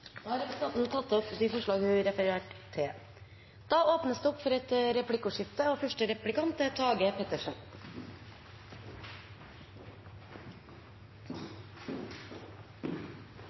Da har representanten Kari Henriksen tatt opp de forslagene hun refererte til. Det blir replikkordskifte. Fritidskortet og innføringen av det er